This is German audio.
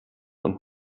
und